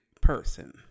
person